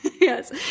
Yes